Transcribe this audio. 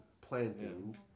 planting